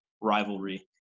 rivalry